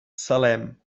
salem